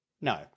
No